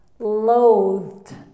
loathed